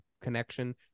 connection